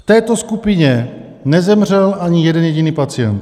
V této skupině nezemřel ani jeden jediný pacient.